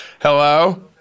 Hello